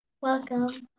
Welcome